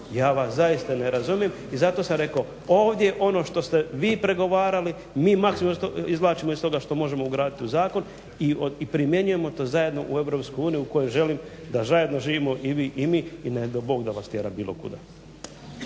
Ja vas zaista ne razumijem i zato sam rekao ovdje je ono što sgte vi pregovarali, mi maksimum izvlačimo iz toga što možemo ugraditi u zakon i primjenjujemo to zajedno u Europsku uniju u kojoj želim da zajedno živimo i vi i mi i ne dao Bog da vas tjeram bilo kuda.